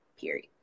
Period